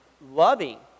loving